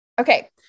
Okay